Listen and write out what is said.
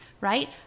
right